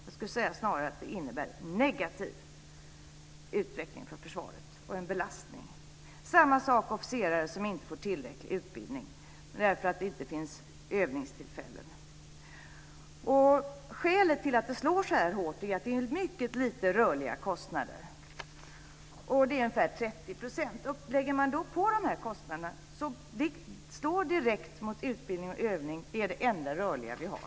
Jag skulle vilja säga att det snarare innebär en negativ utveckling och en belastning för försvaret. Samma sak gäller officerare som inte får tillräcklig utbildning därför att det inte finns övningstillfällen. Skälet till att det slår så här hårt är att det är mycket lite rörliga kostnader. Det är ungefär 30 %. Lägger man då på dessa kostnader slår det direkt mot utbildning och övning. Det är det enda rörliga som vi har.